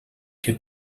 que